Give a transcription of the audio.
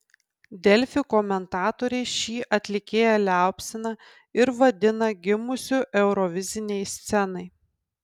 delfi komentatoriai šį atlikėją liaupsina ir vadina gimusiu eurovizinei scenai